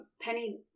Penny